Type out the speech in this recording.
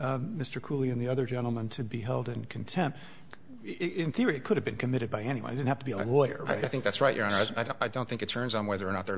mr cooley and the other gentleman to be held in contempt in theory could have been committed by anyone i don't have to be a lawyer i think that's right you're not i don't think it turns on whether or not their